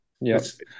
Yes